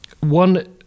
one